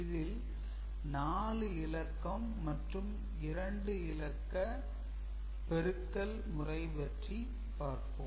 இதில் 4 இலக்கம் மற்றும் 2 இலக்க பெருக்கல் முறை பற்றி பார்ப்போம்